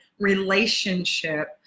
relationship